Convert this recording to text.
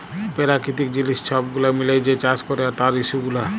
পেরাকিতিক জিলিস ছব গুলা মিলাঁয় যে চাষ ক্যরে তার ইস্যু গুলা